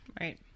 Right